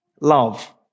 love